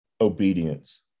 obedience